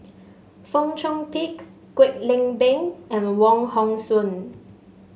Fong Chong Pik Kwek Leng Beng and Wong Hong Suen